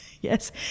yes